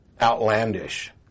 outlandish